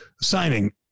signing